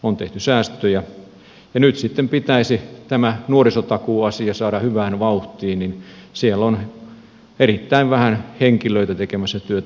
on tehty säästöjä ja kun nyt sitten pitäisi tämä nuorisotakuuasia saada hyvään vauhtiin niin siellä on erittäin vähän henkilöitä tekemässä työtä